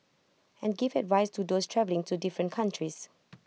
and give advice to those travelling to different countries